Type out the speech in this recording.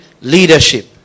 leadership